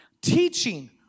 teaching